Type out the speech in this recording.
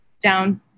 down